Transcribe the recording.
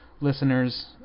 Listeners